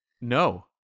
No